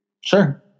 Sure